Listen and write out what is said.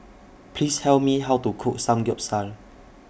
Please Tell Me How to Cook Samgeyopsal